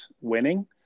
winning